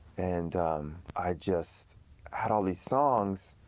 and i just had all these songs,